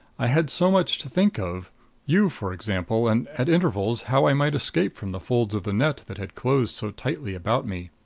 i had so much to think of you, for example, and at intervals how i might escape from the folds of the net that had closed so tightly about me.